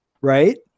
Right